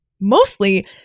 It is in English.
Mostly